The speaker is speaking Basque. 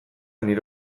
nire